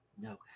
No